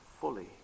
fully